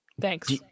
Thanks